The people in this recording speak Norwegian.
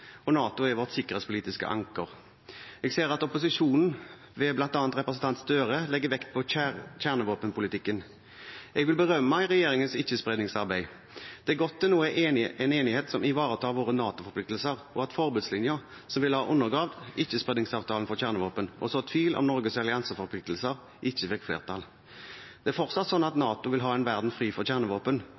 og NATO er vårt sikkerhetspolitiske anker. Jeg ser at opposisjonen, ved bl.a. representanten Gahr Støre, legger vekt på kjernevåpenpolitikken. Jeg vil berømme regjeringens ikkespredningsarbeid. Det er godt det nå er en enighet som ivaretar våre NATO-forpliktelser, og at forbudslinjen – som ville ha undergravd Ikke-spredningsavtalen for kjernevåpen og sådd tvil om Norges allianseforpliktelser – ikke fikk flertall. Det er fortsatt slik at NATO vil ha en verden fri for kjernevåpen,